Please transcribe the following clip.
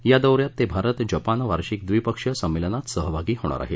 या दौ यात ते भारत जपान वार्षिक द्विपक्षीय संमेलनात सहभागी होणार आहेत